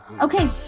Okay